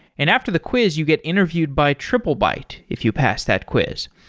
and after the quiz you get interviewed by triplebyte if you pass that quiz.